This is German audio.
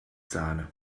sahne